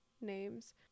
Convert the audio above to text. names